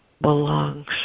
belongs